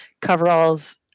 coveralls